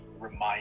remind